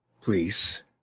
Please